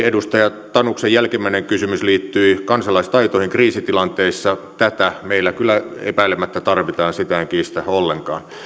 edustaja tanuksen jälkimmäinen kysymys liittyi kansalaistaitoihin kriisitilanteissa tätä meillä kyllä epäilemättä tarvitaan sitä en kiistä ollenkaan